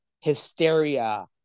hysteria